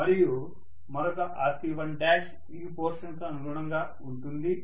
మరియు మరొక Rc1 ఈ పోర్షన్ కు అనుగుణంగా ఉంటుంది